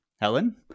Helen